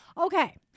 Okay